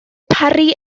parry